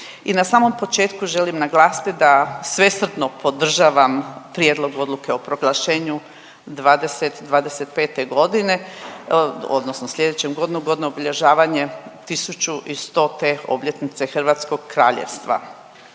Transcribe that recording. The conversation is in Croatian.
I na samom početku želim naglasiti da svesrdno podržavam prijedlog odluke o proglašenju dvadeset i pete godine, odnosno sljedeću godinu, godinu obilježavanja 1100 obljetnice hrvatskog kraljevstva